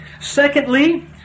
Secondly